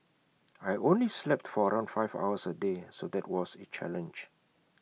I only slept for around five hours A day so that was A challenge